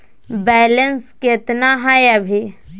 Balance केतना हय अभी?